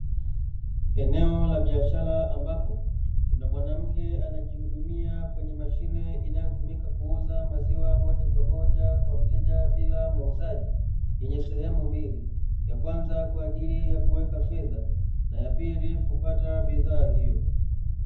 Eneo la biashara, ambapo kuna mwanamke anajihudumia kwenye mashine inayotumika kuuza maziwa moja kwa moja kwa mteja bila muuzaji, yenye sehemu mbili; ya kwanza kwa ajili ya kuweka fedha na ya pili kupata bidhaa hiyo.